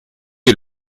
est